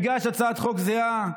הגשת הצעת חוק זהה.